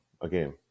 again